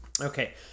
Okay